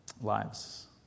lives